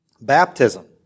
Baptism